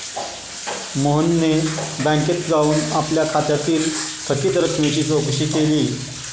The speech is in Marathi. मोहनने बँकेत जाऊन आपल्या खात्यातील थकीत रकमेची चौकशी केली